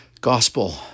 gospel